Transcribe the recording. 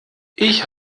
ich